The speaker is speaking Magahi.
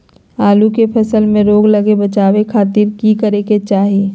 आलू के फसल में रोग लगे से बचावे खातिर की करे के चाही?